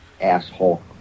Asshole